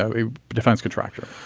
a defense contractor.